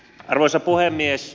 arvoisa puhemies